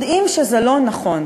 יודעים שזה לא נכון.